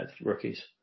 rookies